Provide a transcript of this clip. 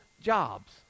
jobs